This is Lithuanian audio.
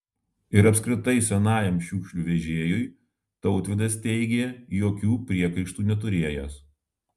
ir apskritai senajam šiukšlių vežėjui tautvydas teigė jokių priekaištų neturėjęs